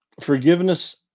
Forgiveness